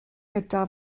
gyda